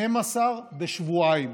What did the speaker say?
12 בשבועיים.